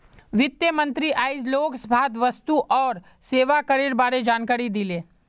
वित्त मंत्री आइज लोकसभात वस्तु और सेवा करेर बारे जानकारी दिले